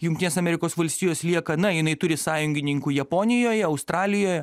jungtinės amerikos valstijos lieka na jinai turi sąjungininkų japonijoje australijoje